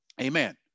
amen